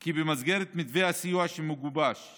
כי במסגרת מתווי הסיוע שגובשו